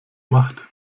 macht